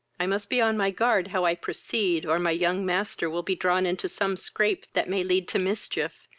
i must be on my guard how i proceed, or my young master will be drawn into some scrape that may lead to mischief,